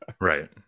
right